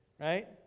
right